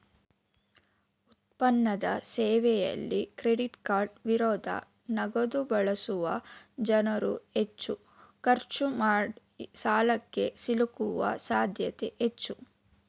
ಉತ್ಪನ್ನದ ಸೇವೆಯಲ್ಲಿ ಕ್ರೆಡಿಟ್ಕಾರ್ಡ್ ವಿರುದ್ಧ ನಗದುಬಳಸುವ ಜನ್ರುಹೆಚ್ಚು ಖರ್ಚು ಮಾಡಿಸಾಲಕ್ಕೆ ಸಿಲುಕುವ ಸಾಧ್ಯತೆ ಹೆಚ್ಚು